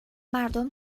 مردم